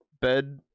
bed